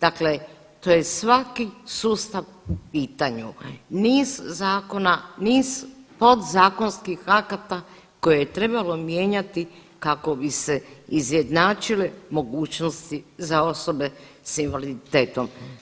dakle tu je svaki sustav u pitanju, niz zakona, niz podzakonskih akata koje je trebalo mijenjati kako bi se izjednačile mogućnosti za osobe s invaliditetom.